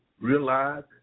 realize